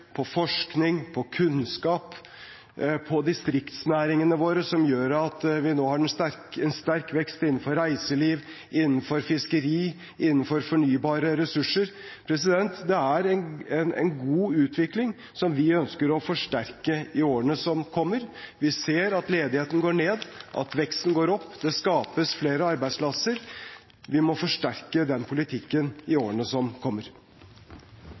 forskning, kunnskap og distriktsnæringene våre, som gjør at vi nå har en sterk vekst innenfor reiseliv, fiskeri og fornybare ressurser. Dette er en god utvikling som vi ønsker å forsterke i årene som kommer. Vi ser at ledigheten går ned, at veksten går opp. Det skapes flere arbeidsplasser. Vi må forsterke den politikken i årene som kommer.